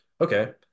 okay